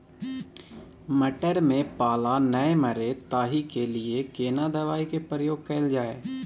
मटर में पाला नैय मरे ताहि के लिए केना दवाई के प्रयोग कैल जाए?